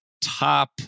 top